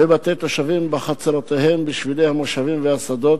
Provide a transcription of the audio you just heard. בבתי תושבים, בחצרותיהם, בשבילי מושבים ובשדות.